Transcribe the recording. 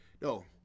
No